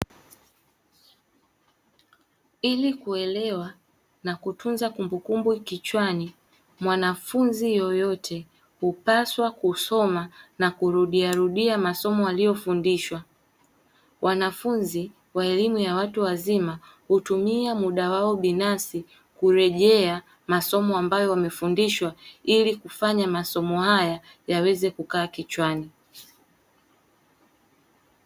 Ili kuelewa na kutunza kumbukumbu kichwani, mwanafunzi yeyote hupaswa kusoma na kurudiarudia masomo waliyofundishwa. Wanafunzi wa elimu ya watu wazima, hutumia muda wao binafsi kurejea masomo ambayo wamefundishwa, ili kufanya masomo haya yaweze kukaa kichwani.